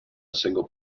single